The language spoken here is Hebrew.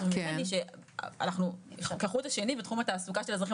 ממני וזה שאנחנו כחוט השני בתחום התעסוקה של אזרחים